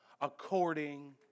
according